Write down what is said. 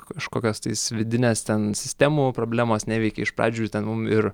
kažkokios tais vidinės ten sistemų problemos neveikė iš pradžių ten mum ir